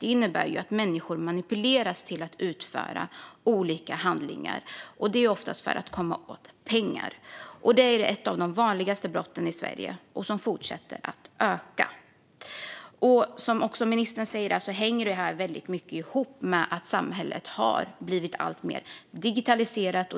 Det innebär att människor manipuleras till att utföra olika handlingar, oftast för att bedragaren vill komma åt pengar. Detta är ett av de vanligaste brotten i Sverige, som fortsätter att öka. Som ministern också säger hänger detta väldigt mycket ihop med att samhället har blivit alltmer digitaliserat.